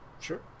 sure